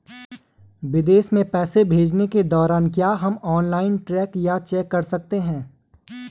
विदेश में पैसे भेजने के दौरान क्या हम ऑनलाइन ट्रैक या चेक कर सकते हैं?